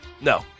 No